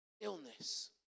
illness